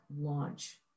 launch